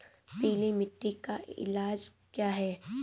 पीली मिट्टी का इलाज क्या है?